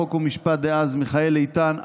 חוק ומשפט דאז מיכאל איתן,